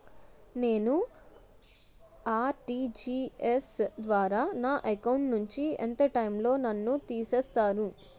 నేను ఆ.ర్టి.జి.ఎస్ ద్వారా నా అకౌంట్ నుంచి ఎంత టైం లో నన్ను తిసేస్తారు?